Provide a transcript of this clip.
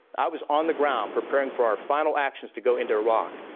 i was on the ground preparing for our final actions to go into iraq.